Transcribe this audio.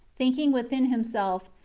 thinking within himself,